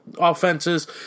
offenses